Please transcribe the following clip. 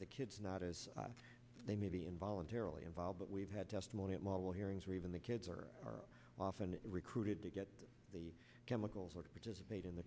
the kids not as they may be in voluntarily involved but we've had testimony at low hearings where even the kids are often recruited to get the chemicals or to participate in the